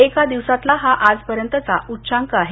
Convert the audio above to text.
एका दिवसातला हा आजपर्यंतचा उच्चांक आहे